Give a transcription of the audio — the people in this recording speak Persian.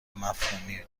مفهومی